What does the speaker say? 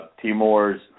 Timor's